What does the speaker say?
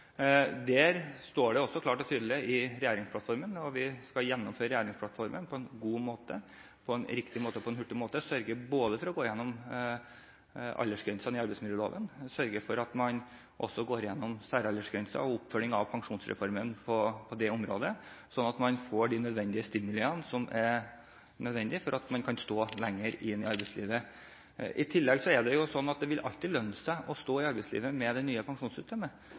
regjeringsplattformen, som vi skal gjennomføre på en god måte, på en riktig måte og på en hurtig måte. Vi skal sørge for å gå gjennom både aldersgrensene i arbeidsmiljøloven og særaldersgrenser og oppfølging av pensjonsreformen på det området, sånn at man får de stimuliene som er nødvendige for at man skal kunne stå lenger i arbeidslivet. I tillegg er det sånn at det alltid vil lønne seg å stå i arbeidslivet med det nye pensjonssystemet,